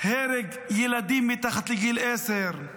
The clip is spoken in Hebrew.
הרג ילדים מתחת לגיל עשר,